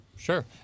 Sure